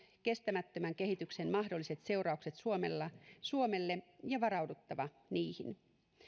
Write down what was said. kestämättömän kehityksen mahdolliset seuraukset suomelle suomelle ja varauduttava niihin